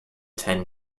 ten